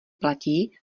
platí